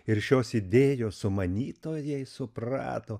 ir šios idėjos sumanytojai suprato